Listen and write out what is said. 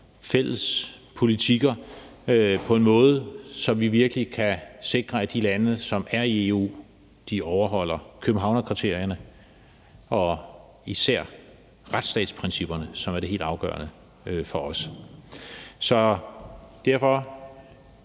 fælles politikker på en måde, så vi virkelig kan sikre, at de lande, som er i EU, overholder Københavnskriterierne og især retsstatsprincipperne, som er det helt afgørende for os. Derfor